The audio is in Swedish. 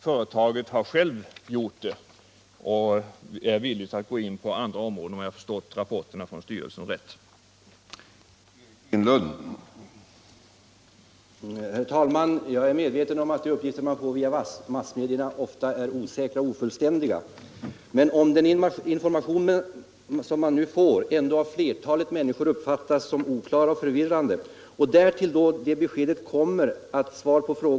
Företaget har självt gjort det och är, om jag förstått rapporterna från styrelsen rätt, villigt att gå in på andra områden.